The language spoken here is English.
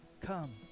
Come